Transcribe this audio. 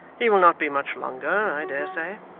he will not be much longer, i dare say